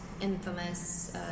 infamous